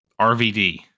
RVD